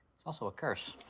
it's also a curse,